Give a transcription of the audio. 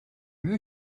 you